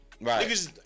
Right